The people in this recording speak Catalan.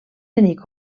tenir